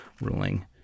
ruling